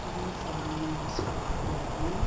உடம்பு சரியில்லைனா நாங்கள் ஹாஸ்பெட்டலுக்கு போயிருக்கோம்